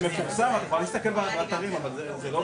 היא לא עומדת ביעדים שהיא הציבה